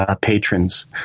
patrons